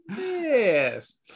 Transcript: yes